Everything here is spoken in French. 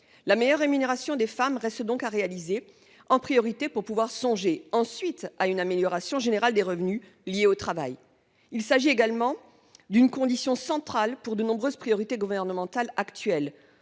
La meilleure rémunération des femmes reste l'objectif à atteindre en priorité pour songer, ensuite, à une amélioration générale des revenus liés au travail. Il s'agit également d'une condition centrale pour de nombreuses priorités gouvernementales actuelles.